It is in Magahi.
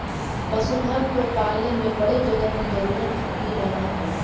पशुधन को पालने में बड़े जगह की जरूरत भी रहअ हई